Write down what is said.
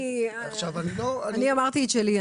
אני אמרתי את שלי.